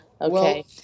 Okay